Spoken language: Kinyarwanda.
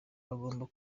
bagomba